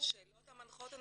על השאלות המנחות ענינו.